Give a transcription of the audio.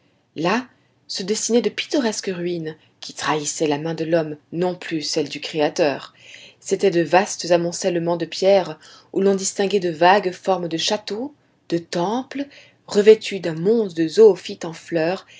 là se dessinaient de pittoresques ruines qui trahissaient la main de l'homme et non plus celle du créateur c'étaient de vastes amoncellements de pierres où l'on distinguait de vagues formes de châteaux de temples revêtus d'un monde de zoophytes en fleurs